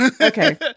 Okay